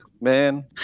man